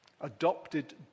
adopted